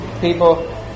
people